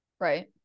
right